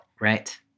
Right